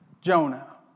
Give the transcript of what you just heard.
Jonah